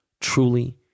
truly